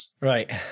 Right